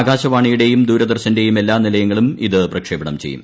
ആകാശവാണി യുടെയും ദൂരദർശന്റെയും എല്ലാ നിലയങ്ങളും ഇത് പ്രക്ഷേപണം ചെയ്യും